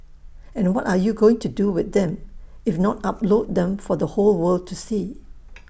and what are you going to do with them if not upload them for the whole world to see